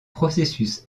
processus